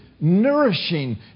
nourishing